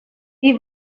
wir